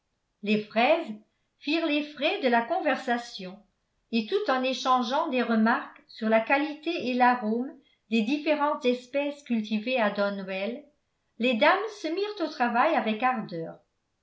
les fraises firent les frais de la conversation et tout en échangeant des remarques sur la qualité et l'arome des différentes espèces cultivées à donwell les dames se mirent au travail avec ardeur